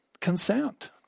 consent